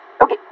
okay